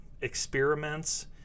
experiments